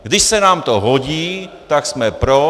Když se nám to hodí, tak jsme pro.